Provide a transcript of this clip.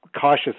cautious